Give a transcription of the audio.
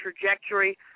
trajectory